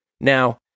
Now